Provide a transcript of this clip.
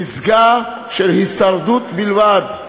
פסגה של הישרדות בלבד,